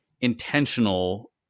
intentional